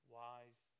wise